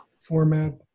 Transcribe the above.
format